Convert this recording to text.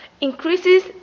increases